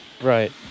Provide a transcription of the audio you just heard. Right